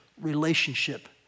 relationship